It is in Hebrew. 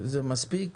זה מספיק?